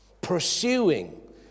pursuing